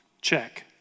Check